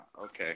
okay